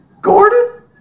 Gordon